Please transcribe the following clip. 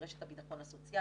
ברשת הביטחון הסוציאלי,